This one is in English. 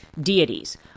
deities